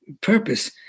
purpose